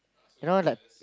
you know like